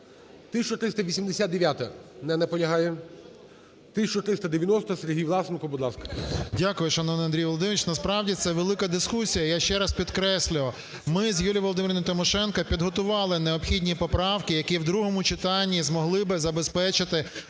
1389-а. Не наполягає. 1390-а. Сергій Власенко, будь ласка. 13:01:32 ВЛАСЕНКО С.В. Дякую, шановний Андрій Володимирович. Насправді, це велика дискусія. Я ще раз підкреслюю, ми з Юлією Володимирівною Тимошенко підготували необхідні поправки, які в другому читанні змогли би забезпечити